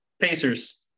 Pacers